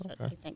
okay